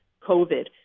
COVID